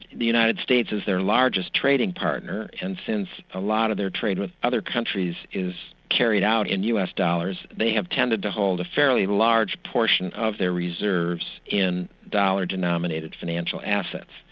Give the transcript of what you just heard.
the united states is their largest trading partner, and since a lot of their trade with other countries is carried out in us, they have tended to hold a fairly large portion of their reserves in dollar-denominated financial assets.